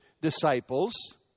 disciples